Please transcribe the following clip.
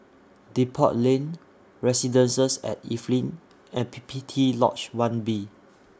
Depot Lane Residences At Evelyn and P P T Lodge one B